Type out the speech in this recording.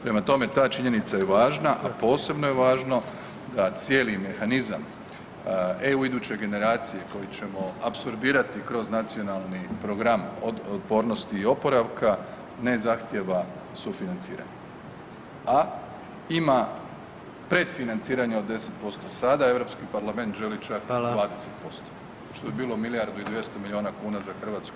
Prema tome, ta činjenica je važna, a posebno je važno da cijeli mehanizam EU iduće generacije koje ćemo apsorbirati kroz nacionalni program otpornosti i oporavka ne zahtijeva sufinanciranje, a ima predfinanciranje od 10% sada, EU parlament želi čak [[Upadica: Hvala.]] i 20%, što bi bilo milijardu i 200 milijuna kuna za Hrvatsku